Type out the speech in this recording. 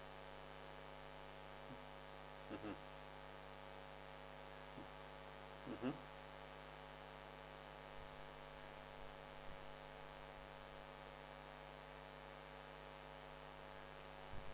mmhmm mmhmm